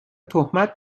تهمت